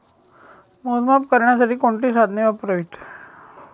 मोजमाप करण्यासाठी कोणती साधने वापरावीत?